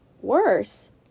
Worse